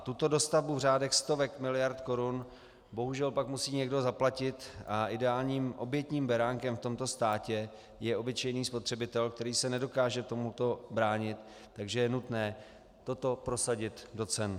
Tuto dostavbu v řádech stovek miliard korun bohužel pak musí někdo zaplatit a ideálním obětním beránkem v tomto státě je obyčejný spotřebitel, který se nedokáže tomuto bránit, takže je nutné toto prosadit do cen.